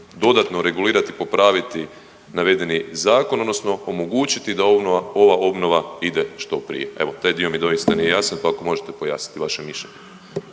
dodatno regulirati, popraviti navedeni zakon, odnosno omogućiti da ova obnova ide što prije. Evo taj dio mi doista nije jasan, pa ako možete pojasniti vaše mišljenje.